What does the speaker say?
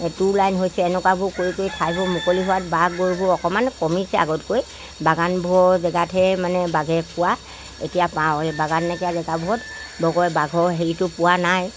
two line হৈছে এনেকুৱাবোৰ কৰি কৰি ঠাইবোৰ মুকলি হোৱাত বাঘ গৰুবোৰ অকণমান কমিছে আগতকৈ বাগানবোৰৰ জেগাতহে মানে বাঘে পোৱা এতিয়া পাওঁ এই বাগানলেখীয়া জেগাবোৰত বৈ বাঘৰ হেৰিটো পোৱা নাই